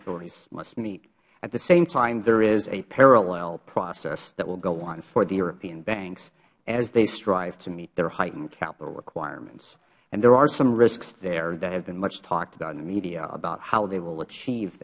authorities must meet at the same time there is a parallel process that will go on for the european banks as they strive to meet their heightened capital requirements and there are some risks there that have been much talked about in the media about how they will achieve